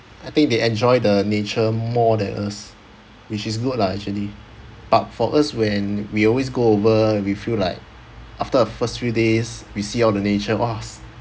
I think they enjoy the nature more than us which is good lah actually but for us when we always go over we feel like after a first few days we see all the nature !wah!